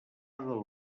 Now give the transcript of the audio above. del